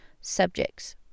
subjects